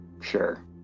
Sure